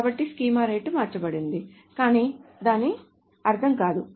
కాబట్టి schema rate మార్చబడింది కానీ దాని అర్థం కాదు